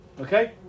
Okay